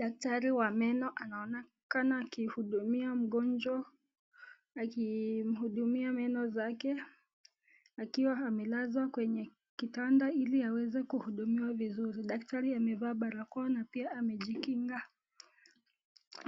Daktari wa meno anaonekana akihudumia mgonjwa akimhudumia meno zake akiwa amelazwa kwenye kitanda ili aweze kuhudumiwa vizuri, daktari amevaa barakoa na pia amejikinga